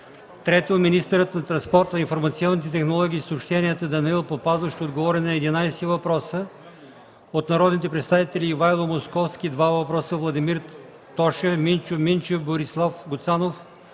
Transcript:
Ташева. Министърът на транспорта, информационните технологии и съобщенията Данаил Папазов ще отговори на 11 въпроса от народните представители: Ивайло Московски – два въпроса, Владимир Тошев, Минчо Минчев, Борислав Гуцанов,